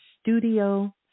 studio